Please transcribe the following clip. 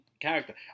character